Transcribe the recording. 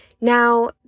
now